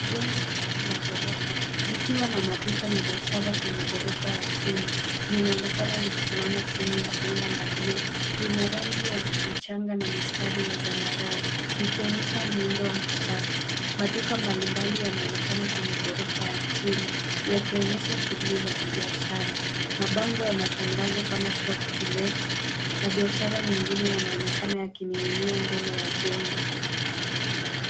Jengo refu la ghorofa likiwa na maduka na biashara kwenye gorofa ya chini, linaonekana likisimama chini ya anga la blue , linarangi ya mchanga na mistari ya zambarau, likionyesha muundo wa kisasa, maduka mbalimbali yanaonekana kwenye ghorofa ya chini, yakionyesha shughuli za kibiashara, mabango ya matangazo kama shop to let , na biashara nyingine yanaonekana yakining'inia mbele ya jengo.